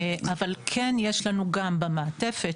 אבל כן יש לנו גם במעטפת,